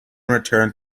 returned